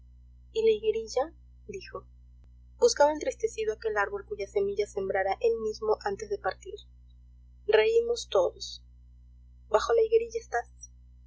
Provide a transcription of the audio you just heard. y la higuerilla dijo buscaba entristecido aquel árbol cuya semilla sembrara él mismo antes de partir reímos todos bajo la higuerilla estás